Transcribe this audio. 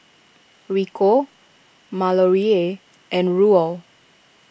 Rico Malorie and Ruel